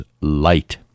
light